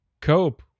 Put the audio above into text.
Cope